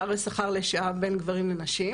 אלה פערי שכר לשעה בין גברים לנשים,